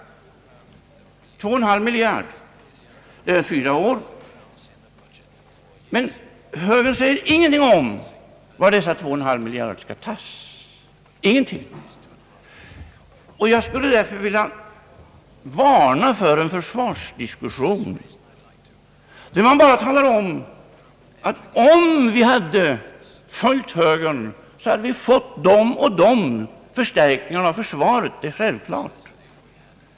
Det gäller alltså 2,5 miljarder under fyra år, men högern säger ingenting om varifrån dessa 2,5 miljarder skall tas. Jag skulle därför vilja varna för en försvarsdiskussion, där det bara talas om att om vi hade följt högerns förslag, hade vi fått de och de förstärkningarna av försvaret — det är självklart.